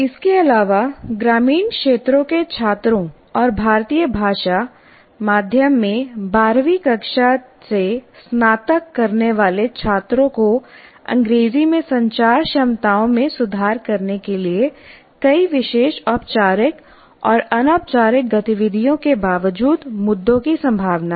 इसके अलावा ग्रामीण क्षेत्रों के छात्रों और भारतीय भाषा माध्यम में 12 वीं कक्षा से स्नातक करने वाले छात्रों को अंग्रेजी में संचार क्षमताओं में सुधार करने के लिए कई विशेष औपचारिक और अनौपचारिक गतिविधियों के बावजूद मुद्दों की संभावना है